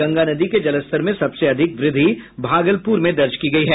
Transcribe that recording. गंगा नदी के जलस्तर में सबसे अधिक वृद्धि भागलपूर में दर्ज की गयी है